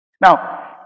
Now